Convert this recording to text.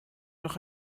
noch